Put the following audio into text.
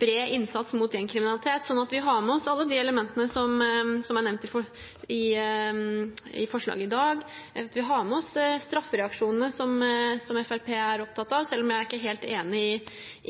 bred innsats mot gjengkriminalitet. Vi har med oss alle de elementene som er nevnt i forslag i dag. Vi har med oss straffereaksjonene som Fremskrittspartiet er opptatt av, selv om jeg ikke er helt enig